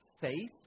Faith